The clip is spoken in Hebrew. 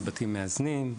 על בתים מאזנים,